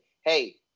hey